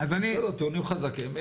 טיעונים חזקים.